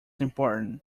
important